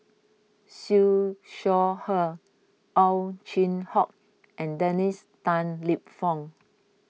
Siew Shaw Her Ow Chin Hock and Dennis Tan Lip Fong